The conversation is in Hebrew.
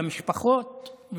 למשפחות,